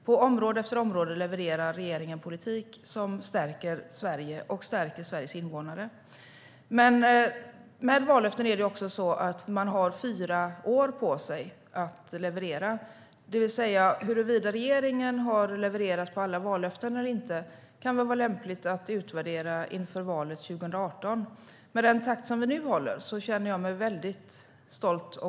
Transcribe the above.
På område efter område levererar regeringen politik som stärker Sverige och dess invånare. Men med vallöften är det också så att man har fyra år på sig att leverera. Huruvida regeringen har levererat på alla vallöften eller inte kan väl vara lämpligt att utvärdera inför valet 2018. Den takt som vi nu håller känner jag mig väldigt stolt över.